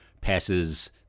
passes